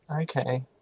Okay